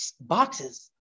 boxes